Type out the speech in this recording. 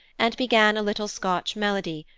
and began a little scotch melody,